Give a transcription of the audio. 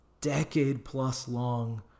decade-plus-long